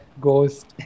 ghost